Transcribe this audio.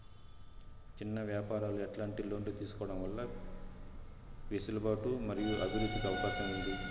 చిన్న వ్యాపారాలు ఎట్లాంటి లోన్లు తీసుకోవడం వల్ల వెసులుబాటు మరియు అభివృద్ధి కి అవకాశం ఉంది?